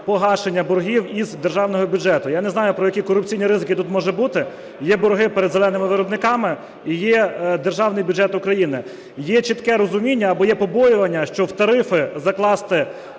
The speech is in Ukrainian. погашення боргів із державного бюджету. Я не знаю про які корупційні ризики тут може бути. Є борги перед "зеленими" виробниками. І є Державний бюджет України. Є чітке розуміння або є побоювання, що в тарифи закласти